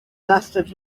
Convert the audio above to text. lasted